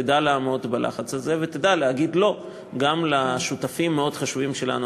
תדע לעמוד בלחץ הזה ותדע להגיד לא גם לשותפים המאוד-חשובים לנו,